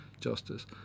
justice